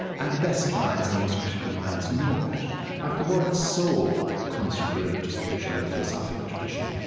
and the best minds, and the most critical minds know that like the word soul comes from the religious tradition and the philosophic tradition,